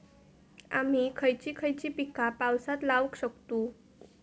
आम्ही खयची खयची पीका पावसात लावक शकतु?